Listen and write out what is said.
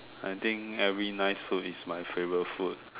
I think every nice food is my favorite food